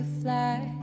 fly